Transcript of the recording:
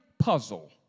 puzzle